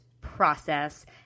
process